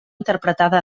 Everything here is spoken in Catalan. interpretada